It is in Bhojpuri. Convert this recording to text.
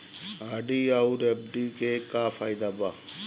आर.डी आउर एफ.डी के का फायदा बा?